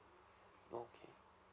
okay